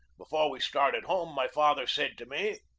before he started home my father said to me